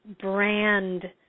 brand